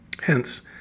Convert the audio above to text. Hence